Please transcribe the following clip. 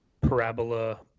Parabola